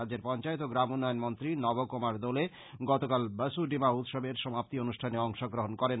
রাজ্যের পঞ্চায়েত ও গ্রাম উন্নয়ন মন্ত্রী নব কুমার দোলে গতকাল বসু ডিমা উৎসবের সমাপ্তি অনুষ্ঠানে অংশগ্রহন করেন